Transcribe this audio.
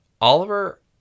Oliver